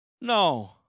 No